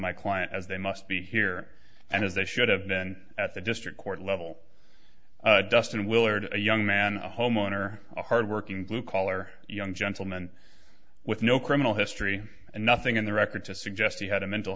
my client as they must be here and as they should have been at the district court level dustin willard a young man a homeowner a hard working blue collar young gentleman with no criminal history and nothing in the record to suggest he had a mental